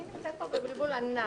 אני נמצאת פה בבלבול ענק.